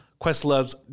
Questlove's